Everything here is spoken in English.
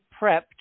prepped